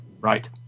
Right